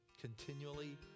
Continually